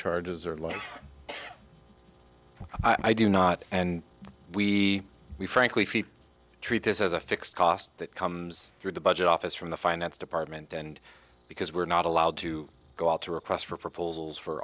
charges or lower i do not and we we frankly fee treat this as a fixed cost that comes through the budget office from the finance department and because we're not allowed to go out to requests for proposals for